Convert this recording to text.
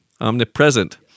omnipresent